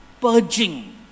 purging